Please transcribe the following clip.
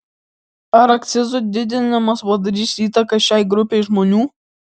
ar akcizų didinimas padarys įtaką šiai grupei žmonių